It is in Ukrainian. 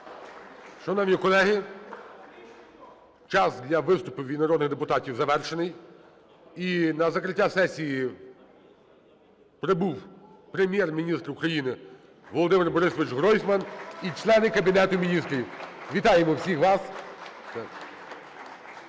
Шановні колеги, час для виступів від народних депутатів завершений. І на закриття сесії прибув Прем'єр-міністр України Володимир Борисович Гройсман і члени Кабінету Міністрів. Вітаємо всіх вас!